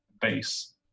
base